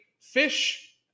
fish